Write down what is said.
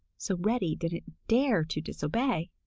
so reddy didn't dare to disobey.